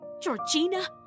Georgina